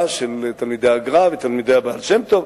של תלמידי הגר"א ותלמידי הבעל שם טוב.